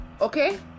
Okay